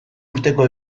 urteko